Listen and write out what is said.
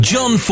John